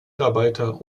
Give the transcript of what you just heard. arbeitnehmer